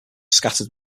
scattered